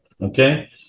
okay